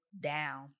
down